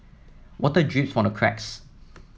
water drips from the cracks